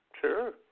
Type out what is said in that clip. Sure